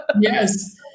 Yes